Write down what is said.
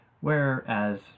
whereas